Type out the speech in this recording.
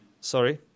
sorry